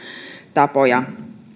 tapoja